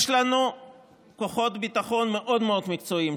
יש לנו כוחות ביטחון מאוד מאוד מקצועיים,